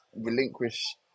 relinquish